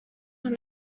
will